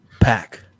pack